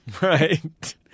right